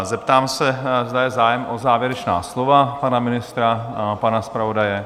Zeptám se, zda je zájem o závěrečná slova pana ministra, pana zpravodaje?